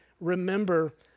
remember